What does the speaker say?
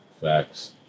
Facts